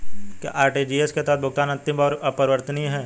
क्या आर.टी.जी.एस के तहत भुगतान अंतिम और अपरिवर्तनीय है?